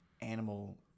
animal